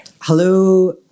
Hello